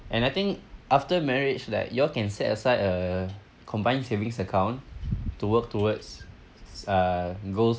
and I think after marriage that you all can set aside a combined savings account to work towards uh goals